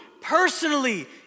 personally